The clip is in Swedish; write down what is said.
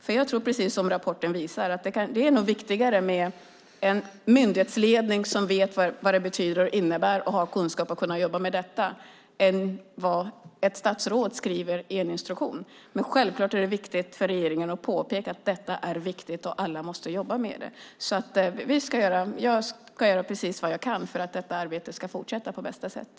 Det är precis som rapporten visar. Det är nog viktigare med en myndighetsledning som vet vad det innebär och har kunskap att kunna jobba med detta än vad ett statsråd skriver i en instruktion. Självklart är det viktigt för regeringen att påpeka att det är viktigt och att alla måste jobba med det. Jag ska göra precis vad jag kan för att arbetet ska fortsätta på bästa sätt.